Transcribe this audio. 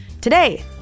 Today